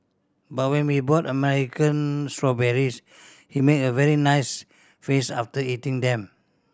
but when we bought American strawberries he made a very nice face after eating them